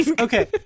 okay